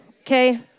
okay